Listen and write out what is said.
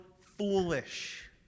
foolish